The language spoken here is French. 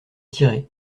tirée